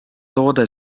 toode